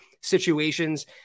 situations